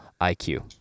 IQ